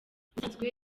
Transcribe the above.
ubusanzwe